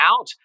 out